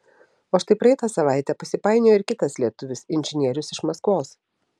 o štai praeitą savaitę pasipainiojo ir kitas lietuvis inžinierius iš maskvos